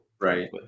Right